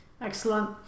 Excellent